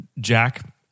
Jack